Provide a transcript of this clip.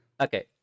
Okay